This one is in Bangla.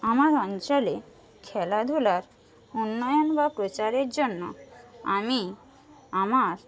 আমার অঞ্চলে খেলাধুলার উন্নয়ন বা প্রচারের জন্য আমি আমার